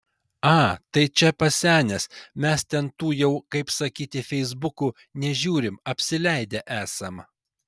a tai čia pasenęs mes ten tų jau kaip sakyti feisbukų nežiūrim apsileidę esam